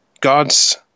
gods